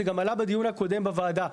זה גם עלה בדיון הקודם בוועדה,